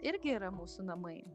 irgi yra mūsų namai